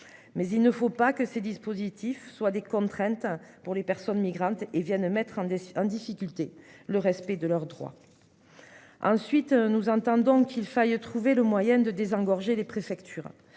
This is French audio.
Mais il ne faut pas que ces dispositifs soient des contraintes pour les personnes migrantes et viennent mettre un déçu en difficulté le respect de leurs droits. Ensuite, nous entendons qu'il faille trouver le moyen de désengorger les préfectures.